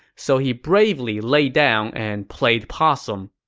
so he bravely laid down and played possum.